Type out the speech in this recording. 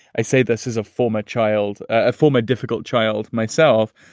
i say this is a former child, a former difficult child myself.